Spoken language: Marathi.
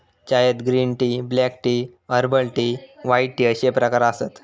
चायत green tea, black tea, herbal tea, white tea अश्ये प्रकार आसत